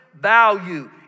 Value